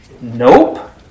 Nope